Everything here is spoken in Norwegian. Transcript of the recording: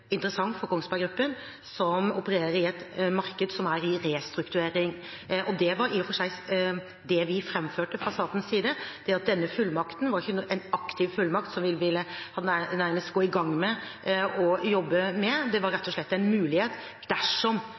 for Kongsberg Gruppen, som opererer i et marked som er i restrukturering. Det var i og for seg det vi framførte fra statens side, det at denne fullmakten ikke var en aktiv fullmakt som vi nærmest ville gå i gang med å jobbe med – det var rett og slett en mulighet dersom